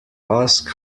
ask